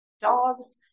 dogs